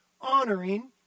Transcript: honoring